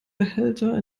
behälter